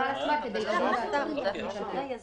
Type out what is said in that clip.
לקחה על עצמה כדי לדון בהצעות חוק ממשלתיות זה הכול.